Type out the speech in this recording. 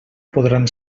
podran